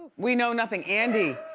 we know nothing. andie,